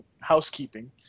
housekeeping